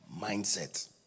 mindset